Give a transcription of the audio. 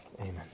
Amen